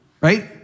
right